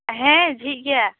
ᱦᱮᱸ ᱡᱷᱤᱡ ᱜᱮᱭᱟ